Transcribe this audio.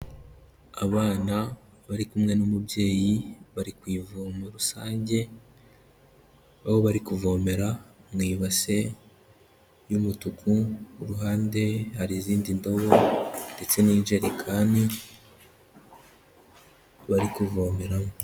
Abana bari kumwe n'umubyeyi, bari ku ivomo rusange, aho bari kuvomera mu ibase y'umutuku, iruhande hari izindi ndobo ndetse n'injerekani bari kuvomeramo.